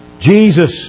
Jesus